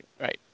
Right